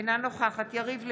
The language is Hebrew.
אינה נוכחת יריב לוין,